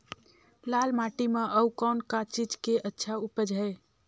लाल माटी म अउ कौन का चीज के अच्छा उपज है?